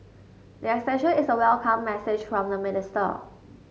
the extension is a welcome message from the minister